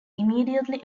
immediately